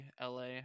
la